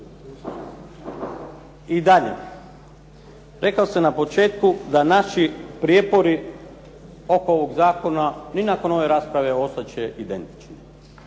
I dalje, rekao sam na početku da naši prijepori oko ovog zakona ni nakon ove rasprave ostat će identični.